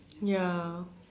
ya